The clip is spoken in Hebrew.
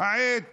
והעט